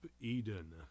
Eden